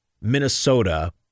Minnesota